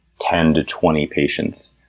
ten to twenty patients,